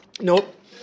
Nope